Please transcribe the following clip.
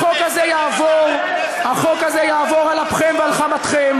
החוק הזה יעבור על אפכם ועל חמתכם,